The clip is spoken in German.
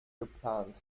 geplant